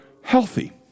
healthy